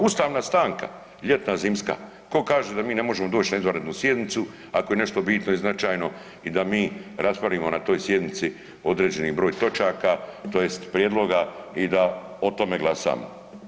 Ustavna stanka ljetna – zimska, tko kaže da mi ne možemo doći na izvanrednu sjednicu ako je nešto bitno i značajno i da mi raspravimo na toj sjednici određeni broj točaka tj. prijedloga i da o tome glasamo?